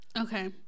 okay